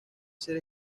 ser